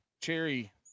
cherry